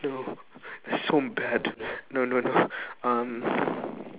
no so bad no no no um